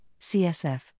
CSF